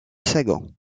sagan